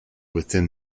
within